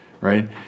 right